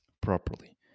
properly